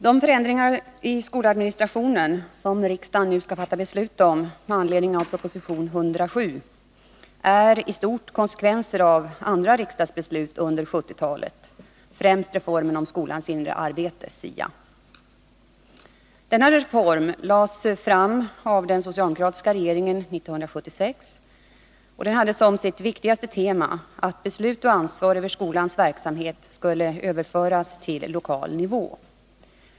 Herr talman! De förändringar i skoladministrationen som riksdagen nu skall fatta beslut om med anledning av proposition 107 är i stort konsekvenser av andra riksdagsbeslut under 1970-talet, främst reformen om skolans inre arbete, SIA. Denna reform, som lades fram av den socialdemokratiska regeringen 1976, hade som sitt viktigaste tema att beslut och ansvar över skolans verksamhet skulle överföras till lokal nivå.